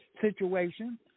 situation